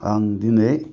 आं दिनै